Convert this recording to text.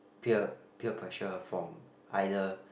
peer peer pressure from either